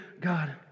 God